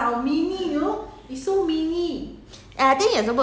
等全部都吃完 liao 你们吃这样快